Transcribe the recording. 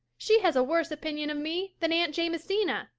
she has a worse opinion of me than aunt jamesina,